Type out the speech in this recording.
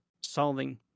solving